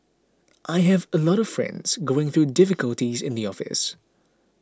I have a lot of friends going through difficulties in the office